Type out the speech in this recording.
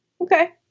Okay